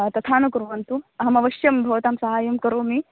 तथा न कुर्वन्तु अहम् अवश्यं भवतां सहायं करोमि